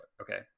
Okay